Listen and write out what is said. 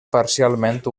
parcialment